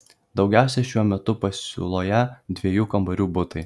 daugiausiai šiuo metu pasiūloje dviejų kambarių butai